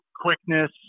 Quickness